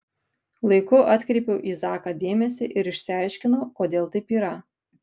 laiku atkreipiau į zaką dėmesį ir išsiaiškinau kodėl taip yra